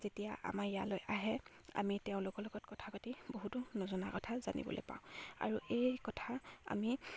যেতিয়া আমাৰ ইয়ালৈ আহে আমি তেওঁলোকৰ লগত কথা পাতি বহুতো নজনা কথা জানিবলৈ পাওঁ আৰু এই কথা আমি